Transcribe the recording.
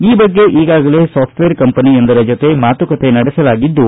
ಈ ಬಗ್ಗೆ ಈಗಾಗಲೇ ಸ್ಟ್ವೇರ್ ಕಂಪನಿಯೊಂದರ ಜತೆ ಮಾತುಕತೆ ನಡೆಸಲಾಗಿದ್ದು